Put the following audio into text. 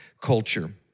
culture